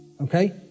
okay